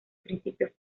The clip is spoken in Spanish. principios